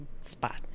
spot